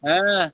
হ্যাঁ